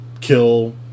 kill